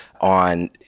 on